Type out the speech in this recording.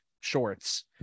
shorts